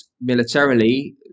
militarily